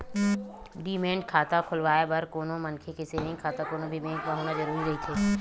demat खाता खोलवाय बर कोनो मनखे के सेंविग खाता कोनो भी बेंक म होना जरुरी रहिथे